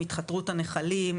התחתרות הנחלים,